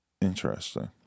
interesting